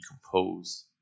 decompose